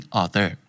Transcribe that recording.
author